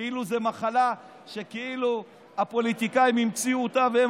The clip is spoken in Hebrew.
כאילו זו מחלה שהפוליטיקאים המציאו והם